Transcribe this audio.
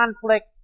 conflict